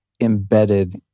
embedded